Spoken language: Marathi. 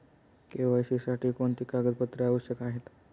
के.वाय.सी साठी कोणती कागदपत्रे आवश्यक आहेत?